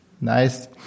Nice